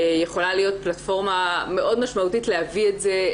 יכולה להיות פלטפורמה מאוד משמעותית להביא את זה.